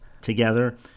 together